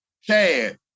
Chad